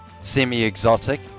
semi-exotic